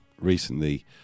recently